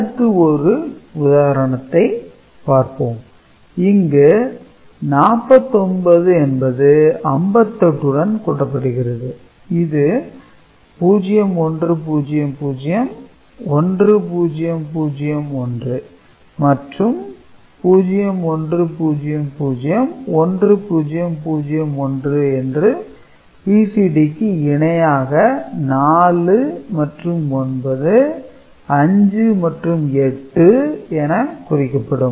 அடுத்து ஒரு உதாரணத்தைப் பார்ப்போம் இங்கு 49 என்பது 58 உடன் கூட்டப்படுகிறது இது 0100 1001 மற்றும் 0100 1001 என்று BCD க்கு இணையாக 4 மற்றும் 9 5 மற்றும் 8 என குறிக்கப்படும்